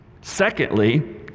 secondly